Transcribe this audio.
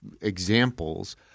examples